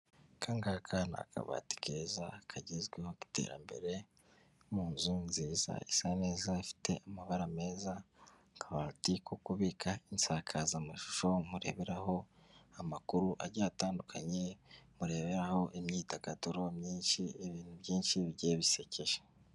Aka ngaka ni akabati keza kagezweho k'iterambere mu nzu nziza isa neza ifite amabara meza. Akabati ko kubika insakazamashusho mureberaho amakuru agiye atandukanye mureberaho imyidagaduro myinshi ibintu byinshi bigiye bisekeje.